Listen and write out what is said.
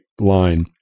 line